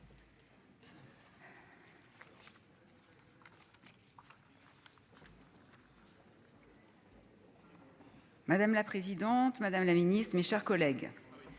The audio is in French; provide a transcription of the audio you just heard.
Madame la présidente, Madame la Ministre, mes chers collègues,